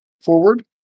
forward